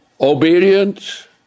obedience